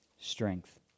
strength